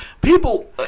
People